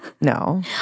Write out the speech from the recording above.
no